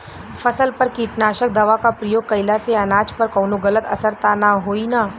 फसल पर कीटनाशक दवा क प्रयोग कइला से अनाज पर कवनो गलत असर त ना होई न?